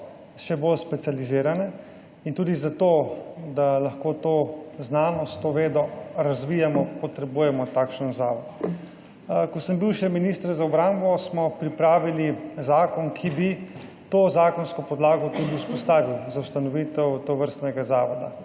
še bolj specializirane in tudi zato, da lahko to znanost, to vedo razvijamo, potrebujemo takšen zavod. Ko sem bil še minister za obrambo, smo pripravili zakon, ki bi to zakonsko podlago za ustanovitev tovrstnega zavoda